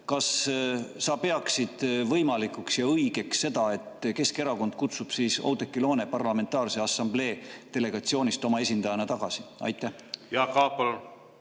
kas sa peaksid võimalikuks ja õigeks seda, et Keskerakond kutsub Oudekki Loone Parlamentaarse Assamblee delegatsioonist oma esindajana tagasi? Aitäh! Austatud